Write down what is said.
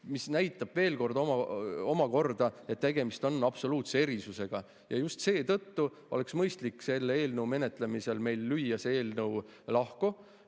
See näitab omakorda, et tegemist on absoluutse erisusega ja just seetõttu oleks mõistlik selle eelnõu menetlemisel meil lüüa see eelnõu lahku,